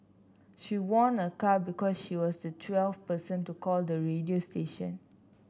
she won a car because she was the twelfth person to call the radio station